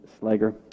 Slager